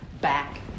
back